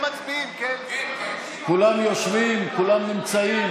כולם נמצאים?